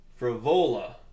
Frivola